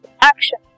action